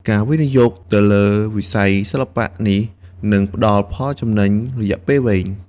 ការវិនិយោគទៅលើវិស័យសិល្បៈនេះនឹងផ្តល់ផលចំណេញរយៈពេលវែង។